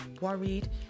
worried